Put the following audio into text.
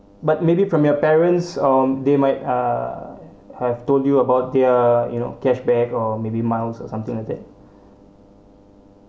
but maybe from your parents or they might uh have told you about their you know cashback or maybe miles or something like that